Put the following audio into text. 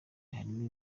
harimo